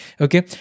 okay